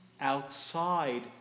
outside